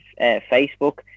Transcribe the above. facebook